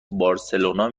بارسلونا